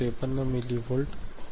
53 millivolt होते